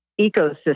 ecosystem